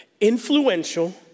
influential